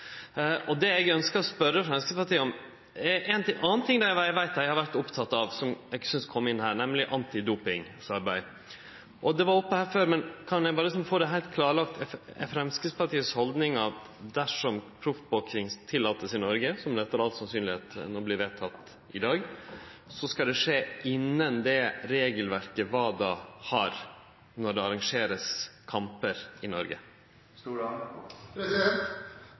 bak det. Eg ønskjer å spørje Framstegspartiet om ein annan ting eg veit dei har vore opptekne av, som eg synest kjem inn her, nemleg antidopingarbeid. Det har vore oppe her før, men kan eg berre få det heilt klårlagt: Er det Framstegspartiet si haldning at dersom proffboksing vert tillaten i Noreg – noko som sannsynlegvis vert vedteke i dag – skal det skje innanfor det regelverket WADA har når det vert arrangert kampar i Noreg?